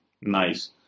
Nice